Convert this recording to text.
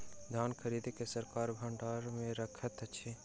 धान खरीद के सरकार भण्डार मे रखैत अछि